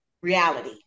reality